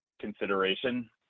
consideration